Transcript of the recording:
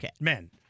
men